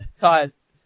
times